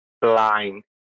blind